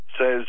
says